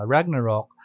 Ragnarok